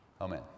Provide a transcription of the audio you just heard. Amen